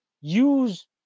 use